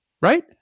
Right